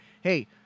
hey